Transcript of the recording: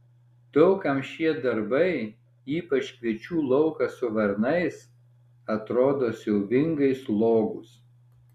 daug kam šie darbai ypač kviečių laukas su varnais atrodo siaubingai slogūs